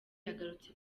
yagarutse